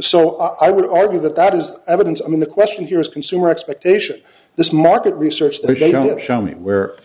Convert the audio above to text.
so i would argue that that is evidence i mean the question here is consumer expectation this market research they don't show me where